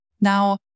Now